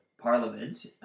Parliament